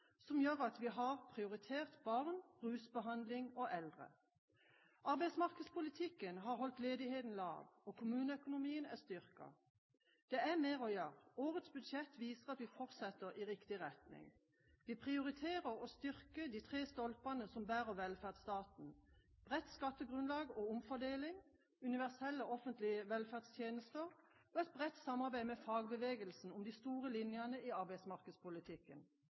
som gjør at vi har prioritert barn, rusbehandling og eldre. Arbeidsmarkedspolitikken har holdt ledigheten lav, og kommuneøkonomien er styrket. Det er mer å gjøre – årets budsjett viser at vi fortsetter i riktig retning. Vi prioriterer å styrke de tre stolpene som bærer velferdsstaten: bredt skattegrunnlag og omfordeling, universelle offentlige velferdstjenester og et bredt samarbeid med fagbevegelsen om de store linjene i arbeidsmarkedspolitikken.